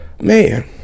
Man